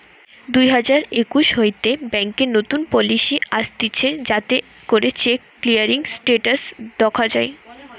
দুই হাজার একুশ হইতে ব্যাংকে নতুন পলিসি আসতিছে যাতে করে চেক ক্লিয়ারিং স্টেটাস দখা যায়